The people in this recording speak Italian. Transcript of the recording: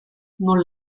non